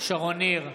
שרון ניר,